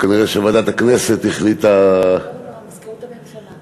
וכנראה ועדת הכנסת החליטה, מזכירות הממשלה.